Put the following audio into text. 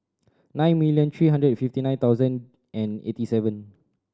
nine million three hundred and fifty nine thousand and eighty seven